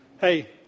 Hey